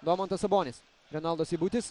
domantas sabonis renaldas seibutis